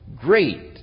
great